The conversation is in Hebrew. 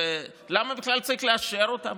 ולמה בכלל צריך לאשר אותם?